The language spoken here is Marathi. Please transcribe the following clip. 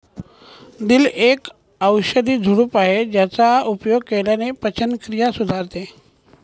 दिल एक औषधी झुडूप आहे ज्याचा उपयोग केल्याने पचनक्रिया सुधारते